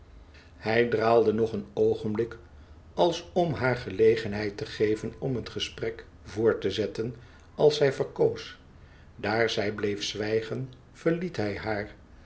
hij draalde nog een oogenblik als om haar gelegenheid te geven om het gesprek voort te zetten als zij verkoos daar zij bleef zwijgen verliet hij haar